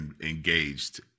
engaged